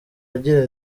agira